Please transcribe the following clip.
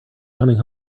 coming